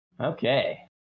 Okay